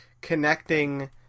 connecting